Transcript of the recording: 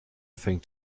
fängt